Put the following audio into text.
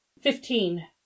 Fifteen